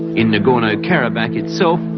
in nagorno-karabakh itself,